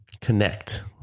connect